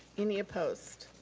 any opposed?